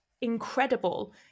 incredible